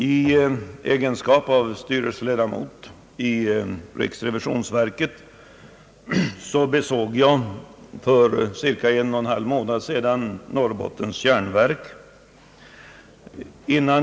I egenskap av styrelseledamot i riksrevisionsverket besåg jag för cirka 11/2 månad sedan Norrbottens järnverk.